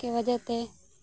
ᱠᱮ ᱵᱟᱡᱟᱛᱮ